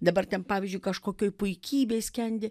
dabar ten pavyzdžiui kažkokioj puikybėj skendi